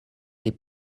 les